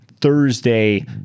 Thursday